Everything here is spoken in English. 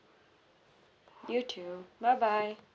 you too bye bye